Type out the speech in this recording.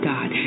God